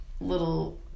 little